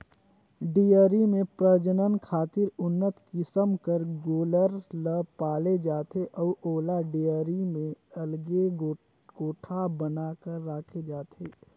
dairy में प्रजनन खातिर उन्नत किसम कर गोल्लर ल पाले जाथे अउ ओला डेयरी में अलगे कोठा बना कर राखे जाथे